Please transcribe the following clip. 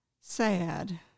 sad